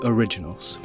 Originals